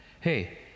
hey